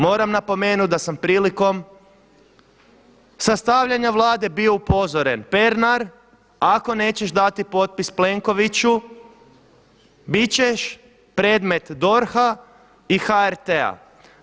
Moram napomenuti da sam prilikom sastavljanja Vlade bio upozoren Pernar ako nećeš dati potpis Plenkoviću bit ćeš predmet DORH-a i HRT-a.